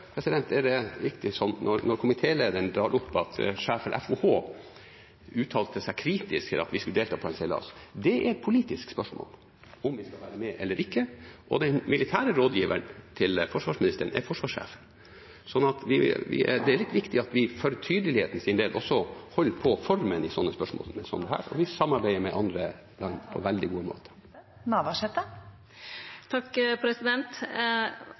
det viktig, når komitélederen drar opp at sjef for FOH uttalte seg kritisk til at vi skulle delta på en seilas, at det er et politisk spørsmål om vi skal være med eller ikke. Den militære rådgiveren til forsvarsministeren er forsvarssjefen. Det er litt viktig at vi for tydeligheten sin del også holder på formen i sånne spørsmål som dette her. Vi samarbeider med andre på veldig